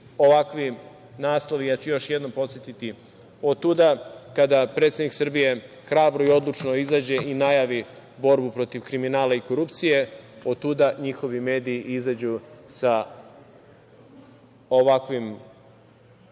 ovakvi naslovi. Još jednom ću podsetiti, otuda kada predsednik Srbije hrabro i odlučno izađe i najavi borbu protiv kriminala i korupcije, otuda njihovi mediji izađu sa ovakvim,